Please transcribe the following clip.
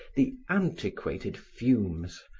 the antiquated fumes,